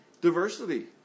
diversity